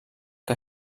que